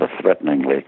threateningly